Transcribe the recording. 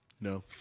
No